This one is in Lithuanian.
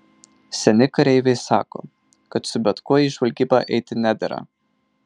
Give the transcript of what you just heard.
seni kareiviai sako kad su bet kuo į žvalgybą eiti nedera